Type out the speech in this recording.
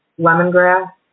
lemongrass